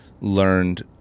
learned